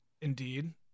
Indeed